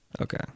Okay